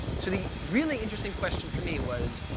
so the really interesting question for me was,